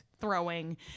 throwing